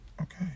okay